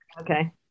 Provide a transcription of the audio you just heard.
Okay